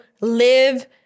live